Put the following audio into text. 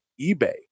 eBay